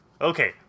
okay